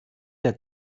der